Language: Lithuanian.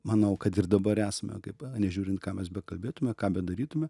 manau kad ir dabar esame kaip nežiūrint ką mes bekalbėtume ką bedarytume